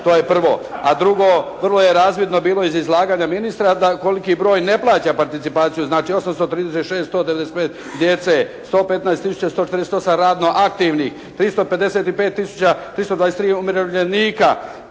To je prvo. A drugo, vrlo je razvidno bilo iz izlaganja ministra da koliki broj ne plaća participaciju. Znači, 836195 djece, 115148 radno aktivnih, 355323 umirovljenika,